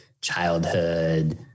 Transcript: childhood